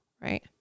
right